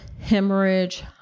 hemorrhage